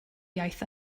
iaith